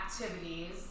activities